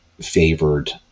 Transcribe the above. favored